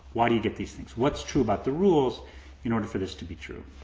why do you get these things? what's true about the rules in order for this to be true?